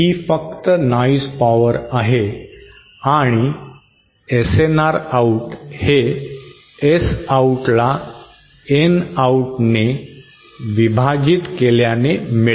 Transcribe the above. ही फक्त noise power आहे आणि SNR आऊट हे S आऊटला N आऊटने विभाजित केल्याने मिळेल